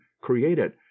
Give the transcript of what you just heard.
created